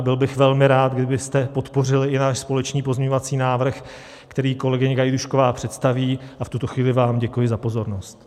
Byl bych velmi rád, kdybyste podpořili i náš společný pozměňovací návrh, který kolegyně Gajdůšková představí, a v tuto chvíli vám děkuji za pozornost.